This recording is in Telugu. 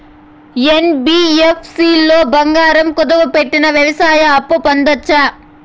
యన్.బి.యఫ్.సి లో బంగారం కుదువు పెట్టి వ్యవసాయ అప్పు పొందొచ్చా?